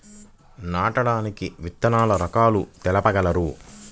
నాటడానికి విత్తన రకాలు తెలుపగలరు?